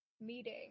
meeting